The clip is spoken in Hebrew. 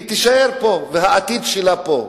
והיא תישאר פה והעתיד שלה פה,